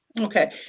Okay